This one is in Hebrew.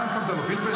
מה שמת לו, פלפל?